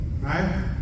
Right